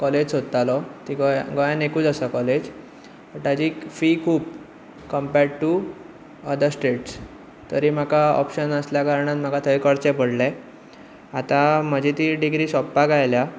college सोदतालो ती गोंयान गोंयान एकूच आसा कॉलेज पूण ताजी फी खूब कंपॅरड टू अदर स्टेट्स तरी म्हाका ऑपशन नासल्या कारणान म्हाका थंय करचें पडलें आतां म्हजी ती डिग्री ती सोंपपाक आयल्या